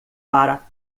para